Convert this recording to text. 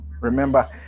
Remember